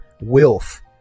Wilf